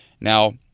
Now